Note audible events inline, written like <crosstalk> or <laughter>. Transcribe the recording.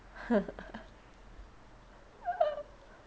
<laughs>